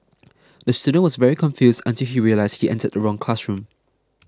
the student was very confused until he realised he entered the wrong classroom